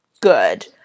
good